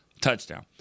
touchdown